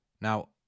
Now